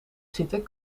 zitten